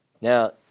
Now